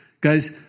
Guys